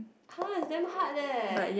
!huh! it's damn hard leh